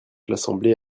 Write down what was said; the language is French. l’assemblée